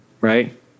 right